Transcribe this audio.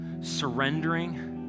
surrendering